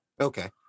Okay